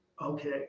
Okay